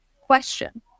question